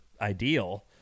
ideal